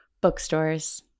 Bookstores